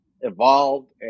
evolved